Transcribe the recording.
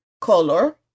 color